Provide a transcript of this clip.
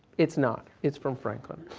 it's not. it's from franklin.